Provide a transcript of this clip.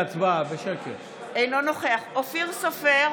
אינו נוכח אופיר סופר,